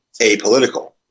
apolitical